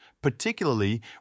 particularly